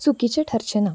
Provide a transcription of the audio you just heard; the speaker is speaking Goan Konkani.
चुकिचें ठरचें ना